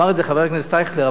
אמר את זה חבר הכנסת אייכלר,